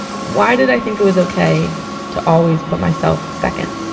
why did i think it was ok to always put myself second?